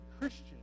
Christian